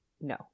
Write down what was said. no